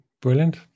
Brilliant